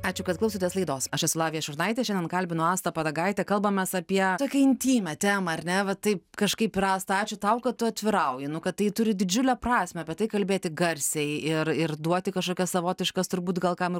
ačiū kad klausotės laidos aš esu lavija šurnaitė šiandien kalbinu astą padagaitę kalbamės apie tokią intymią temą ar ne va taip kažkaip ir asta ačiū tau kad tu atvirauji kad tai turi didžiulę prasmę apie tai kalbėti garsiai ir ir duoti kažkokias savotiškas turbūt gal kam